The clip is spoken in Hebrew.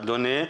אדוני,